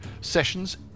Sessions